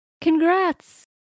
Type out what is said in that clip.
congrats